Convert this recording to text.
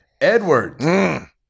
Edward